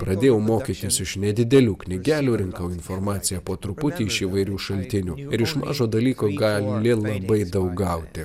pradėjau mokytis iš nedidelių knygelių rinkau informaciją po truputį iš įvairių šaltinių ir iš mažo dalyko gali labai daug gauti